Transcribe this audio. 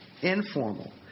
informal